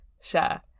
share